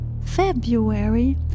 February